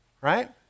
right